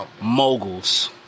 moguls